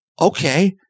okay